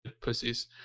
Pussies